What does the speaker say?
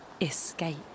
escape